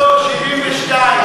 לא, לא,